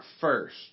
first